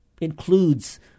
includes